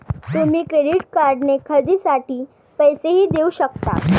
तुम्ही क्रेडिट कार्डने खरेदीसाठी पैसेही देऊ शकता